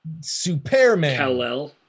Superman